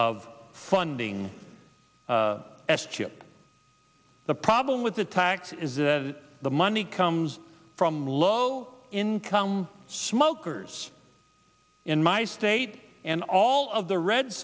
of funding the problem with the tax is that the money comes from low income smokers in my state and all of the red